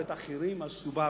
ואת האחרים על ה"סובארו".